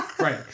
Right